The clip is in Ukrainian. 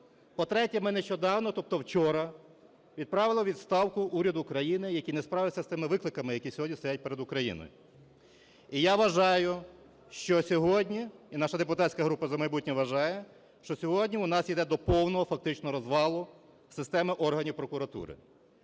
По-третє, ми нещодавно, тобто вчора, відправили у відставку уряд України, який не справився з тими викликами, які сьогодні стоять перед Україною. І я вважаю, що сьогодні, і наша депутатська група "За майбутнє" вважає, що сьогодні у нас іде до повного фактично розвалу системи органів прокуратури.